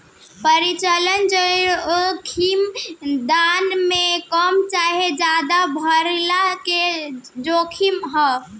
परिचालन जोखिम दाम के कम चाहे ज्यादे भाइला के जोखिम ह